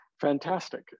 fantastic